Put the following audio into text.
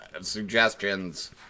suggestions